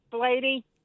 lady